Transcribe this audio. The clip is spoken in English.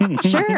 Sure